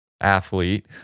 athlete